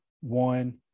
one